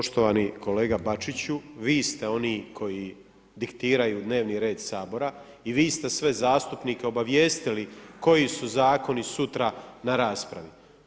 Poštovani kolega Bačiću, vi ste oni koji diktiraju dnevni red Sabora i vi ste sve zastupnike obavijestili koji su zakoni sutra na raspravi.